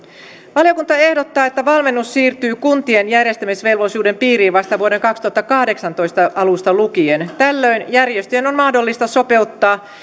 valiokunta ehdottaa että valmennus siirtyy kuntien järjestämisvelvollisuuden piiriin vasta vuoden kaksituhattakahdeksantoista alusta lukien tällöin järjestöjen on on mahdollista sopeuttaa